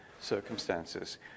circumstances